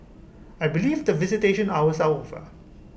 I believe that visitation hours are over